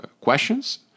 questions